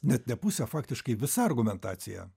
net ne pusė faktiškai visa argumentacija